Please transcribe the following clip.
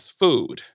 food